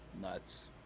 Nuts